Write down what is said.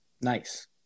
Nice